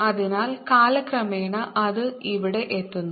അതിനാൽ കാലക്രമേണ അത് ഇവിടെ എത്തുന്നു